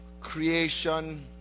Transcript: creation